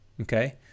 okay